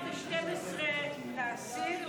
112, להסיר.